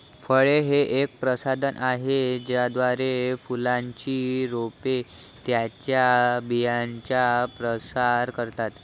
फळे हे एक साधन आहे ज्याद्वारे फुलांची रोपे त्यांच्या बियांचा प्रसार करतात